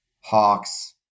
Hawks